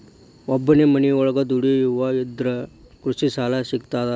ಒಬ್ಬನೇ ಮನಿಯೊಳಗ ದುಡಿಯುವಾ ಇದ್ರ ಕೃಷಿ ಸಾಲಾ ಸಿಗ್ತದಾ?